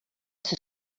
ser